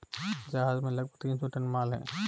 जहाज में लगभग तीन सौ टन माल है